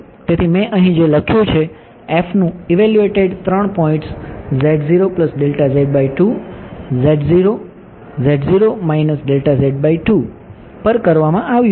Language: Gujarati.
તેથી મેં અહીં જે લખ્યું છે નું ઇવેલ્યુએટેડ ત્રણ પોઇંટ્સ પર કરવામાં આવ્યું છે